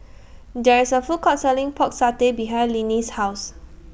There IS A Food Court Selling Pork Satay behind Linnie's House